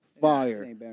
fire